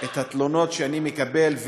את התלונות שאני מקבל,